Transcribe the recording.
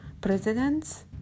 presidents